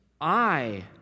I